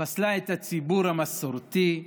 פסלה את הציבור המסורתי,